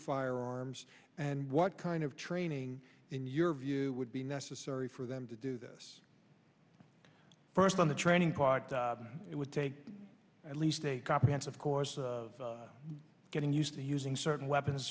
firearms and what kind of training in your view would be necessary for them to do this first on the training part it would take at least a comprehensive course of getting used to using certain weapons